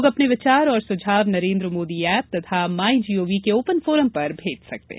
लोग अपने विचार और सुझाव नरेन्द्र मोदी ऐप तथा माई जीओवी के ओपन फोरम में भेज सकते हैं